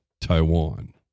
Taiwan